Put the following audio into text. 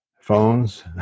phones